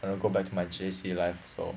I want to go back to my J_C life so